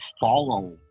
follow